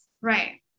Right